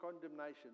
condemnation